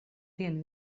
dienu